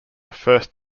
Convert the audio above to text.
first